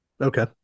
Okay